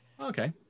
Okay